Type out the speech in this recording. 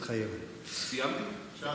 מתחייב אני תודה